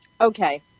Okay